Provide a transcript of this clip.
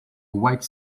white